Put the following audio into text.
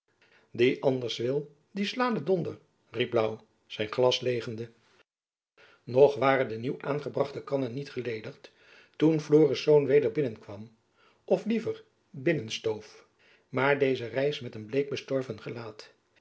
die anders wil dien sla de donder riep louw zijn glas leêgende nog waren de nieuw aangebrachte kannen niet geledigd toen florisz weder binnenkwam of liever binnen stoof maar deze reis met een bleek bestorven gelaat